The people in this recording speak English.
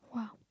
!wow!